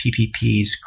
PPPs